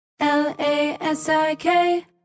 L-A-S-I-K